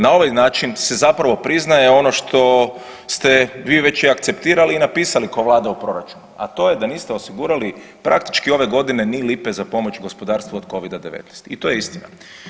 Na ovaj način se zapravo priznaje ono što ste vi već i akceptirali i napisali kao Vlada u proračunu, a to je da niste osigurali praktički ove godine ni lipe za pomoć gospodarstvu od covida 19 i to je istina.